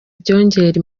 byongera